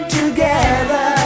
together